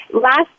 last